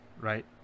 Right